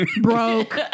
Broke